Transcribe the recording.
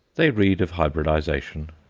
they read of hybridization,